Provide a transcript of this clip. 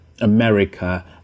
America